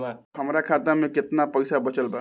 हमरा खाता मे केतना पईसा बचल बा?